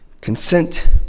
consent